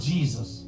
Jesus